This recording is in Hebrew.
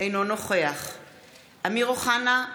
אינו נוכח אמיר אוחנה,